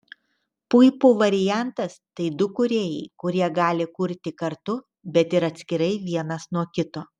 puipų variantas tai du kūrėjai kurie gali kurti kartu bet ir atskirai vienas nuo kito